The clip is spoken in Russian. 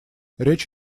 речь